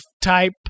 type